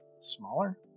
smaller